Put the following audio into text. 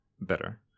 better